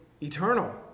eternal